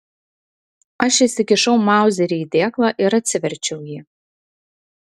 aš įsikišau mauzerį į dėklą ir atsiverčiau jį